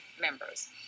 members